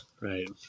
Right